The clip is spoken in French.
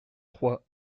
trois